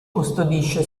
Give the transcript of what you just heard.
custodisce